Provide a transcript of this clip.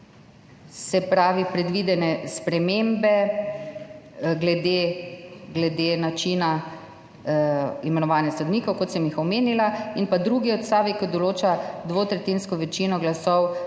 se pravi predvidene spremembe glede načina imenovanja sodnikov, kot sem jo omenila, in pa drugega odstavka, ki določa dvotretjinsko večino glasov